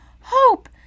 Hope